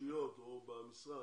ברשויות או במשרד,